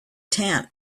tent